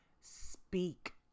speak